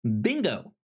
Bingo